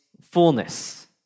fullness